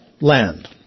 land